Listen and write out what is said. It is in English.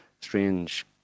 strange